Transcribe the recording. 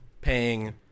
Paying